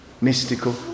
mystical